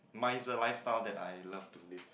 miser lifestyle that I love to live